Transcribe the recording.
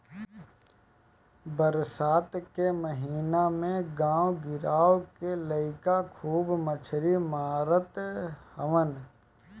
बरसात के महिना में गांव गिरांव के लईका खूब मछरी मारत हवन